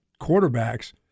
quarterbacks